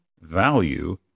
value